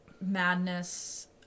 madness